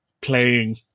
playing